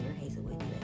Hazelwood